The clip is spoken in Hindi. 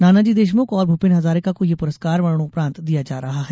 नानाजी देशमुख और भूपेन हजारिका को यह पुरस्कार मरणोपरांत दिया जा रहा है